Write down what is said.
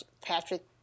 Patrick